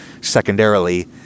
secondarily